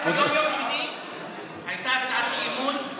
ביום שני הייתה הצעת אי-אמון.